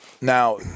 Now